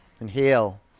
Inhale